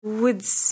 woods